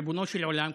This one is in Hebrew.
ריבונו של עולם,